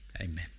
Amen